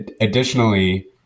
Additionally